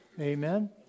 Amen